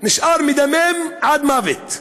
נשאר מדמם עד מוות,